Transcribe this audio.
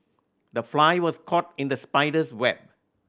the fly was caught in the spider's web